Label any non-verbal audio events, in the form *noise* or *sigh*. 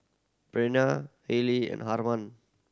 Breana Hailee and *unintelligible*